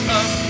up